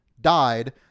died